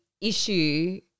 issue